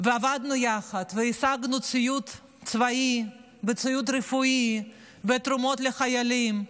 ועבדנו יחד והשגנו ציוד צבאי וציוד רפואי ותרומות לחיילים.